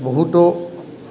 বহুতো